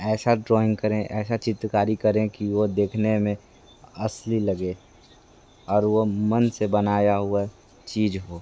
ऐसा ड्रॉइंग करें ऐसा चित्रकारी करें कि वह देखने में असली लगे और वह मन से बनाया हुआ चीज़ हो